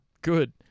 good